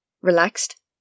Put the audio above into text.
Relaxed